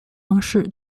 方式